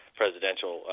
presidential